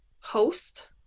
host